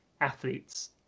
athletes